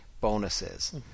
bonuses